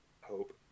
hope